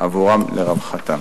עבורם לרווחתם.